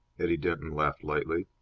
eddie denton laughed lightly.